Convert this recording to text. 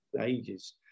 ages